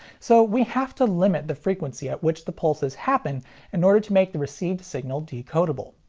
so we have to limit the frequency at which the pulses happen in order to make the received signal decodable.